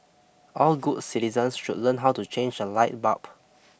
all good citizens should learn how to change a light bulb